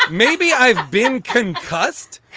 maybe i've been concussed.